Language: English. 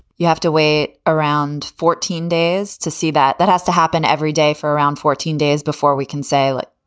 you have to wait around fourteen days to see that. that has to happen every day for around fourteen days before we can say like